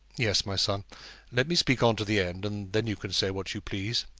yes, my son let me speak on to the end, and then you can say what you please.